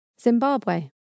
Zimbabwe